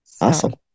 Awesome